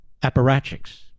apparatchiks